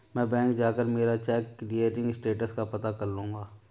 मैं बैंक जाकर मेरा चेक क्लियरिंग स्टेटस का पता कर लूँगा